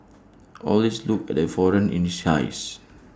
always look at the foreigner in his eyes